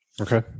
Okay